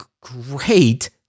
great